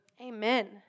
Amen